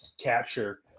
capture